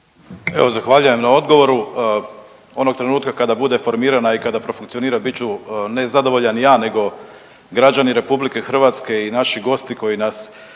Evo zahvaljujem na odgovoru. Onog trenutka kada bude formirana i kada profunkcionira bit ću ne zadovoljan ja nego građani RH i naši gosti koji nas